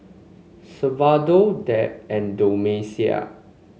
salvador Deb and Domenica